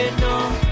no